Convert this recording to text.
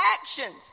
actions